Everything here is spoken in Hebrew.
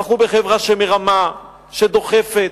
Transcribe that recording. אנחנו בחברה שמרמה, שדוחפת,